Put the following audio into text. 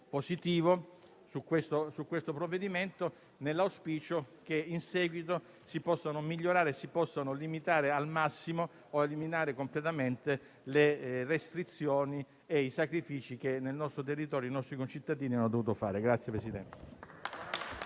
positivo su questo provvedimento, nell'auspicio che in seguito si possano migliorare e limitare al massimo o eliminare completamente le restrizioni e i sacrifici che i nostri concittadini hanno dovuto fare nel nostro